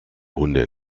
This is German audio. hunde